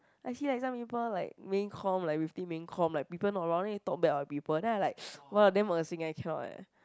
like you see like some people like main comm like within main comm like people not around then you talk bad about people then I like !wah! damn 恶心 I cannot eh